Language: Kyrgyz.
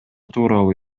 тууралуу